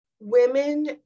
women